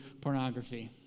pornography